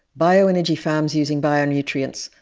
bioenergy farms using bionutrients,